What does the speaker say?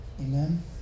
Amen